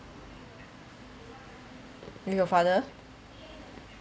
your father